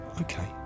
Okay